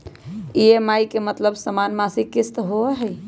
EMI के मतलब समान मासिक किस्त होहई?